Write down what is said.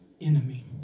enemy